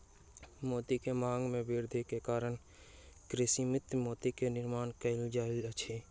मोती के मांग में वृद्धि के कारण कृत्रिम मोती के निर्माण कयल जाइत अछि